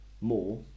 more